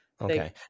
Okay